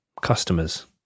customers